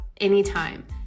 anytime